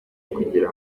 kugira